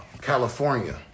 California